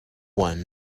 one